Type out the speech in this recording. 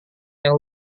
yang